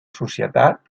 societat